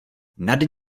nad